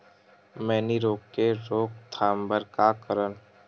मैनी रोग के रोक थाम बर का करन?